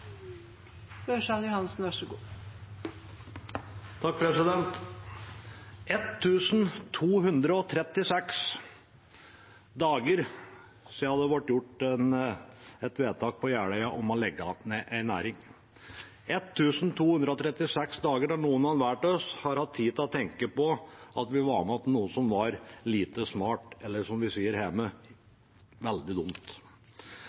dager siden det ble gjort et vedtak på Jeløya om å legge ned en næring – 1 236 dager der noen og hver av oss har hatt tid til å tenke på at vi var med på noe som var lite smart, eller som vi sier hjemme: veldig dumt.